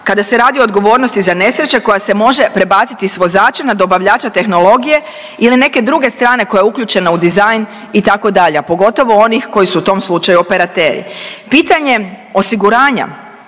kada se radi o odgovornosti za nesreće koja se može prebaciti s vozača na dobavljača tehnologije ili neke druge strane koja je uključena u dizajn, itd., a pogotovo onih koji su u tom slučaju operateri. Pitanje osiguranja,